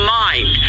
mind